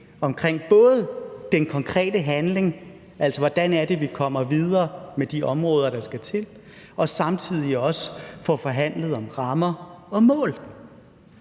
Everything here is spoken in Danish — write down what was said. omkring den konkrete handling, altså hvordan det er, vi kommer videre med de områder, der skal til, og samtidig også får forhandlet nogle rammer og mål,